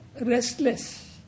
Restless